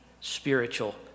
spiritual